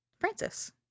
Francis